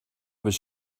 was